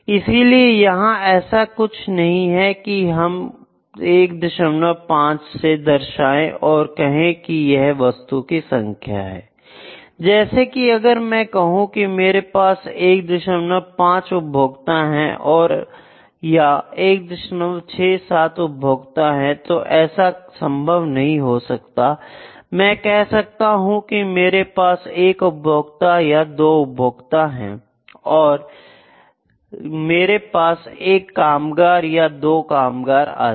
इसलिए यहां ऐसा कुछ नहीं है जिसे हम 15 से दर्शाएं और कहें कि यह वस्तु की संख्या है I जैसे कि अगर मैं कहूं मेरे पास 15 उपभोक्ता हैं या 167 उपभोक्ता हैं तो ऐसा संभव नहीं हो सकता मैं कह सकता हूं कि मेरे पास एक उपभोक्ता है या दो उपभोक्ता है या मेरे पास एक कामगार है या दो कामगार हैं आदि